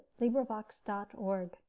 LibriVox.org